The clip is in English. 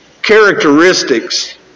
characteristics